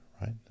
right